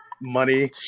money